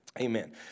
Amen